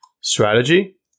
strategy